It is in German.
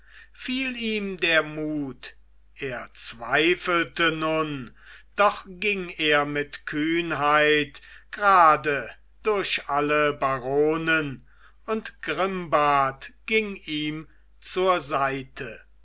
fiel ihm der mut er zweifelte nun doch ging er mit kühnheit grade durch alle baronen und grimbart ging ihm zur seite